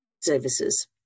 services